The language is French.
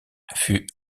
fut